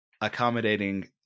accommodating